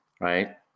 right